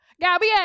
Gabby